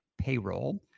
payroll